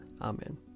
Amen